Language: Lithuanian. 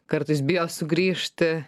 kartais bijo sugrįžti